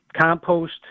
compost